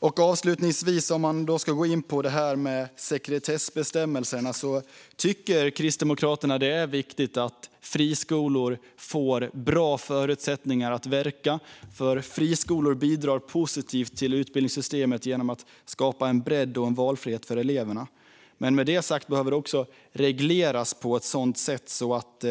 För att avslutningsvis gå in på detta med sekretessbestämmelserna tycker Kristdemokraterna att det är viktigt att friskolor får bra förutsättningar att verka. Friskolor bidrar positivt till utbildningssystemet genom att skapa en bredd och en valfrihet för eleverna. Men med det sagt behöver det också regleras på ett sådant sätt att